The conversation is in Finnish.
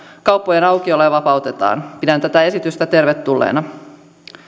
kauppojen aukioloa vapautetaan pidän tätä esitystä tervetulleena